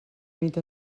nit